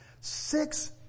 Six